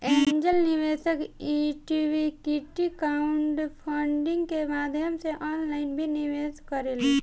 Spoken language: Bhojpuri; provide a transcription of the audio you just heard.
एंजेल निवेशक इक्विटी क्राउडफंडिंग के माध्यम से ऑनलाइन भी निवेश करेले